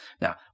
Now